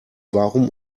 warum